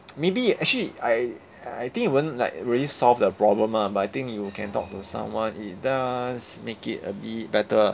maybe actually I I think it won't like really solve the problem lah but I think you can talk to someone it does make it a bit better